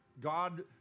God